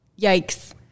yikes